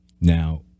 Now